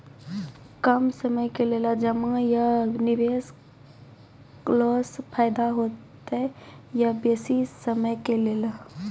कम समय के लेल जमा या निवेश केलासॅ फायदा हेते या बेसी समय के लेल?